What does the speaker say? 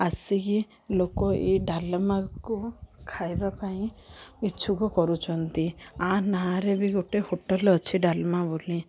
ଆସିକି ଲୋକ ଏଇ ଡାଲମାକୁ ଖାଇବା ପାଇଁ ଇଚ୍ଛୁକ କରୁଛନ୍ତି ଆ ନାଁରେ ବି ଗୋଟେ ହୋଟେଲ୍ ଅଛି ଡାଲମା ବୋଲି